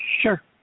Sure